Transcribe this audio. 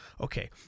Okay